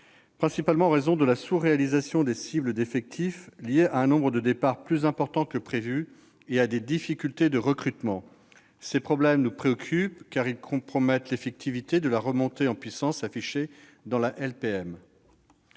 principalement en raison de la sous-réalisation des cibles d'effectifs liée à un nombre de départs plus important que prévu et à des difficultés de recrutement. Ces problèmes nous préoccupent, car ils compromettent l'effectivité de la remontée en puissance affichée par la loi